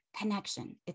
connection